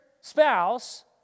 spouse